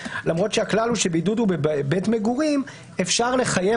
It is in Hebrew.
למרות שהכלל הוא שבידוד הוא בבית מגורים אפשר לחייב